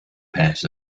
pairs